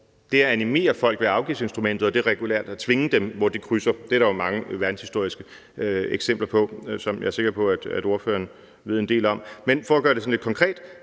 at animere folk ved afgiftsinstrumentet og så det regulært at tvinge dem. De hensyn krydser hinanden. Det er der jo mange verdenshistoriske eksempler på, som jeg er sikker på ordføreren ved en del om. Men jeg kan gøre det sådan lidt konkret.